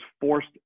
forced